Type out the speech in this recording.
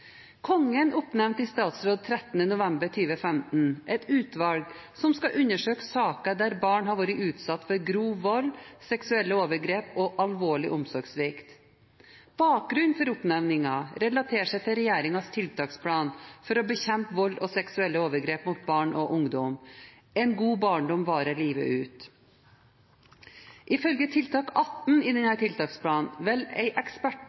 Kongen oppnevnte i statsråd 13. november 2015 et utvalg som skal undersøke saker der barn har vært utsatt for grov vold, seksuelle overgrep og alvorlig omsorgssvikt. Bakgrunnen for oppnevningen relaterer seg til regjeringens tiltaksplan for å bekjempe vold og seksuelle overgrep mot barn og ungdom: En god barndom varer livet ut. Ifølge tiltak 18 i